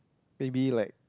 maybe like